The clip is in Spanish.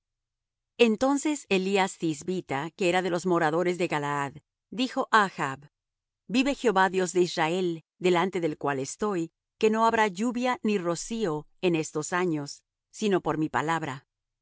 entonces elías thisbita que era de los moradores de galaad dijo á achb vive jehová dios de israel delante del cual estoy que no habrá lluvia ni rocío en estos años sino por mi palabra